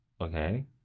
okay